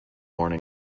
morning